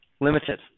limited